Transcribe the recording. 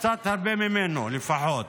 קצת הרבה ממנו, לפחות.